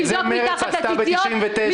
לבדוק מתחת לחצאיות?